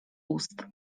ust